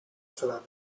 strada